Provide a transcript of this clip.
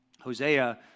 Hosea